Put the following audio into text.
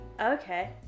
Okay